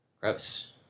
Gross